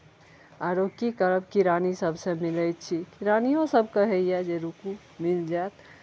आरो की करब किरानी सभसँ मिलै छी किरानियो सभ कहैए जे रुकू मिल जायत